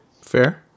fair